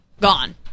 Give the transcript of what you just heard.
Gone